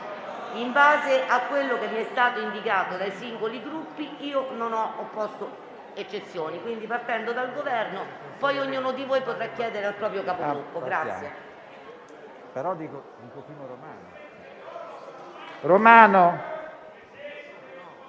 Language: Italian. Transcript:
In base a quello che mi è stato indicato dai singoli Gruppi, io non ho opposto eccezioni. Quindi, partendo dal Governo, ognuno di voi poi potrà chiedere al proprio Capogruppo.